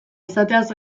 izateaz